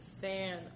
fan